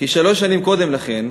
כי שלוש שנים קודם לכן